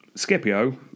Scipio